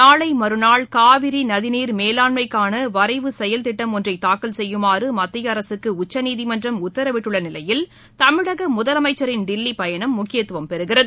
நாளை மற்நாள் காவிரி நதிநீர் மேலாண்மைக்கான வரைவு செயல் திட்டம் ஒன்றை தாக்கல் செய்யுமாறு மத்திய அரசுக்கு உச்சநீதிமன்றம் உத்தரவிட்டுள்ள நிலையில் தமிழக முதலமைச்சரின் தில்லி பயணம் முக்கியத்துவம் பெறுகிறது